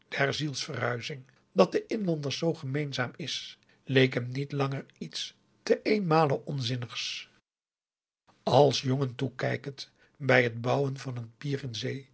zielsverhuizing dat den inlanders zoo gemeenzaam is leek hem niet langer iets te eenenmale onzinnigs als jongen toekijkend bij het bouwen van een pier